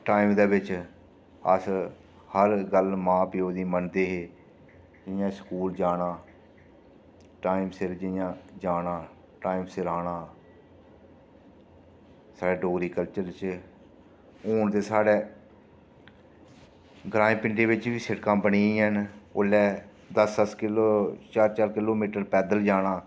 time दे बिच्च इस हर गल्ल मां प्यो दी मन्नदे हे इ'यां स्कूल जाना टाईम सिर जियां जाना टाईम सिर आना साढ़े डोगरी कल्चर च हून ते साढ़ै ग्राएं पिंडें च बी सिड़कां बनी गेइयां न उल्लै दस दस किलो मीटर चार चार किलो मीटर पैदल जाना